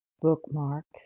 bookmarks